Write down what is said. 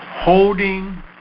Holding